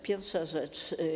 Pierwsza rzecz.